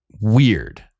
weird